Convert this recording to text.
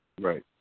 right